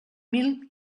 mil